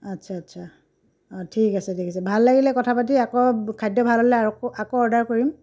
আচ্ছা আচ্ছা অঁ ঠিক আছে ঠিক আছে ভাল লাগিলে কথা পাতি আকৌ খাদ্য ভাল হ'লে আকৌ আকৌ অৰ্ডাৰ কৰিম